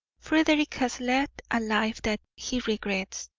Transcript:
frederick has led a life that he regrets.